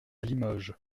limoges